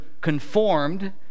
conformed